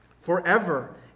Forever